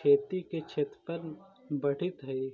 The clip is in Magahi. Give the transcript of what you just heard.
खेती के क्षेत्रफल बढ़ित हई